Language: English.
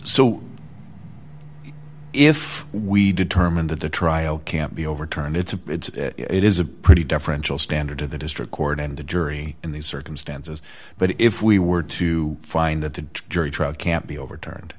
so if we determine that the trial can't be overturned it's a it is a pretty deferential standard to the district court and a jury in these circumstances but if we were to find that the jury trial can't be overturned